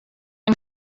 une